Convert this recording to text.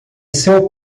seu